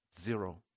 Zero